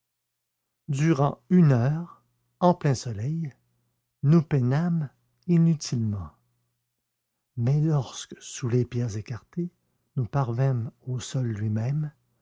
durant une heure en plein soleil nous peinâmes inutilement mais lorsque sous les pierres écartées nous parvînmes au sol lui-même